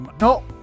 no